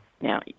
Now